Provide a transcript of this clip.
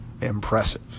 impressive